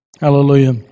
Hallelujah